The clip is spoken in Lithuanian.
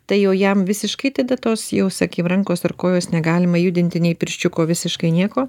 tai jau jam visiškai tada tos jau sakim rankos ar kojos negalima judinti nei pirščiuko visiškai nieko